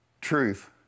truth